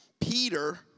Peter